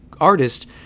artist